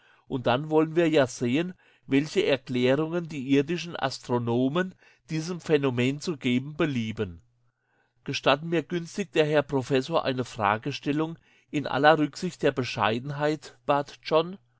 und dann wollen wir ja sehen welche erklärungen die irdischen astronomen diesem phänomen zu geben belieben gestatten mir gütigst der herr professor eine fragestellung in aller rücksicht der bescheidenheit bat john